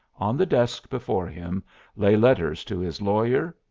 on the desk before him lay letters to his lawyer,